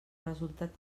resultat